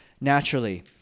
naturally